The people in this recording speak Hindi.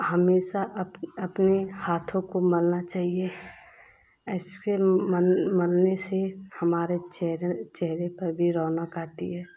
हमेशा अपने हाथों को मलना चाहिए ऐसके मलने से हमारे चेहरे चेहरे पर भी रौनक़ आती है